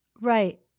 Right